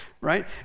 right